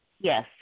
Yes